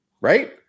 Right